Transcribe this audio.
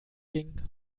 ging